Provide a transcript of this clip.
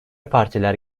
partiler